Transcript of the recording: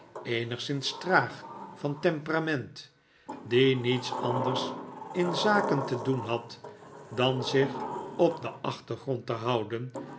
eenigszins traag van temperament die niets anders in de zaken te doen had dan zich op den achtergrond te houden